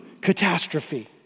catastrophe